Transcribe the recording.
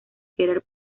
querer